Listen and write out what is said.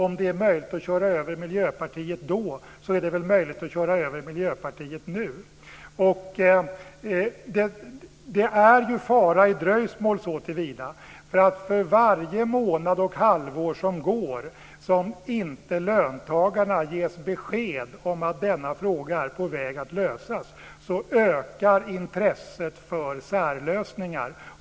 Om det är möjligt att köra över Miljöpartiet då är det väl möjligt att göra det nu. Det är ju fara i dröjsmål såtillvida att för varje månad och halvår som går utan att löntagarna ges besked om att denna fråga är på väg att lösas ökar intresset för särlösningar.